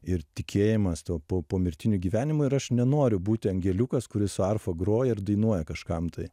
ir tikėjimas tuo po pomirtiniu gyvenimu ir aš nenoriu būti angeliukas kuris su arfa groja dainuoja kažkam tai